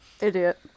Idiot